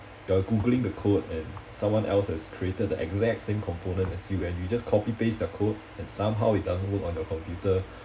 uh googling the code and someone else has created the exact same component as you and you just copy paste the code and somehow it doesn't work on your computer